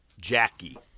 Jackie